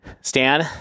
Stan